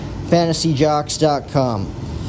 FantasyJocks.com